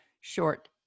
short